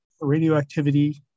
radioactivity